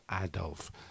Adolf